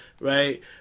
Right